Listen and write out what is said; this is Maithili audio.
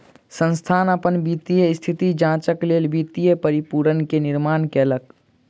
संस्थान अपन वित्तीय स्थिति जांचक लेल वित्तीय प्रतिरूपण के निर्माण कयलक